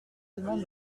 demande